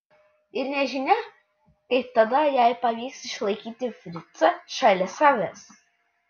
ir nežinia kaip tada jai pavyks išlaikyti fricą šalia savęs